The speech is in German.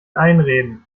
einreden